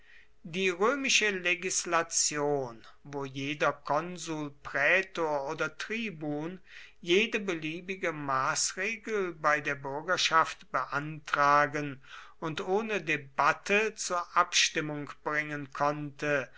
die römische legislation wo jeder konsul prätor oder tribun jede beliebige maßregel bei der bürgerschaft beantragen und ohne debatte zur abstimmung bringen konnte